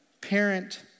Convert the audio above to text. parent